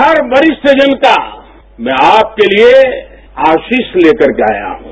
हर वरिष्ठ जन का मैंआपके लिए आशीष लेकरे के आया हूं